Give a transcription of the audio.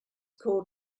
called